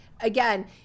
again